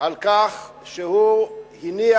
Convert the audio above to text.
על כך שהוא הניח